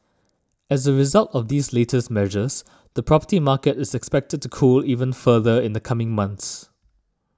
as a result of these latest measures the property market is expected to cool even further in the coming months